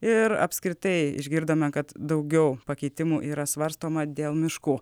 ir apskritai išgirdome kad daugiau pakeitimų yra svarstoma dėl miškų